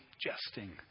jesting